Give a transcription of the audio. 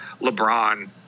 LeBron